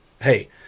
Hey